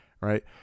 right